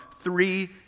three